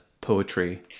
poetry